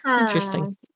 interesting